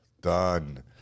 Done